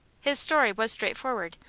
his story was straightforward,